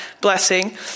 blessing